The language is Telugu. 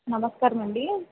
నమస్కారమండి